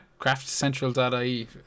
craftcentral.ie